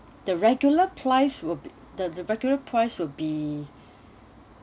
the regular plies will the the regular price will be